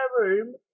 room